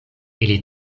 ili